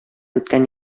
үткән